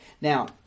Now